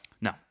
No